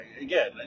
again